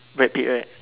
brad pitt right